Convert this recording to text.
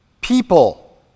people